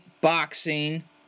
boxing